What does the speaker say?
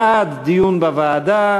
בעד, דיון בוועדה,